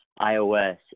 iOS